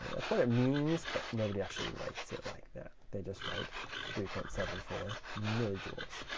that's what it means but nobody actually writes it like that. they just write three point seven four millijoules.